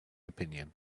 opinion